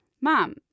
Mom